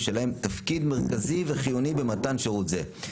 שלהם תפקיד מרכזי וחיוני במתן שירות זה.